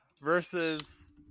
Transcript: versus